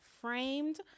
framed